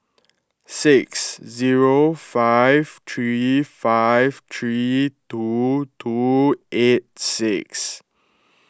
six zero five three five three two two eight six